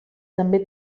també